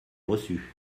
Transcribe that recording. reçu